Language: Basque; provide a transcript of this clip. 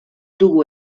dugu